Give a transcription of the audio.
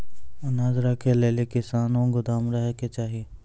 अनाज राखै लेली कैसनौ गोदाम रहै के चाही?